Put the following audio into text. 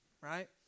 right